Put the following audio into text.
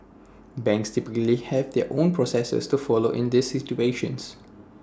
banks typically have their own processes to follow in these situations